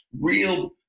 real